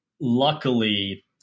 luckily